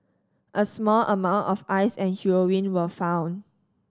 a small amount of Ice and heroin were found